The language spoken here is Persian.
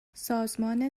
سازمان